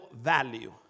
value